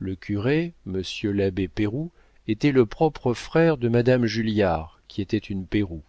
le curé monsieur l'abbé péroux était le propre frère de madame julliard qui était une péroux